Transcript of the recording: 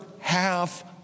half